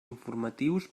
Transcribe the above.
informatius